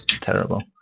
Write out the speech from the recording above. Terrible